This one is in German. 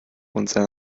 unserer